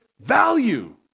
value